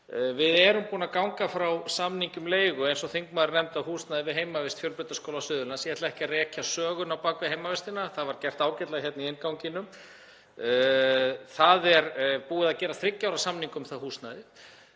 Við erum búin að ganga frá samningi um leigu, eins og þingmaðurinn nefndi, á húsnæði við heimavist Fjölbrautaskóla Suðurlands. Ég ætla ekki að rekja söguna á bak við heimavistina, það var gert ágætlega hérna í innganginum. Það er búið að gera þriggja ára samning um það húsnæði